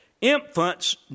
Infants